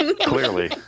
clearly